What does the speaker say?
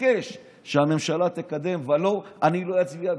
אתעקש שהממשלה תקדם, ולא, אני לא אצביע בשבילה.